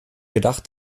gedacht